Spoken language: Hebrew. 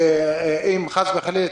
בזמן מלחמת לבנון השנייה,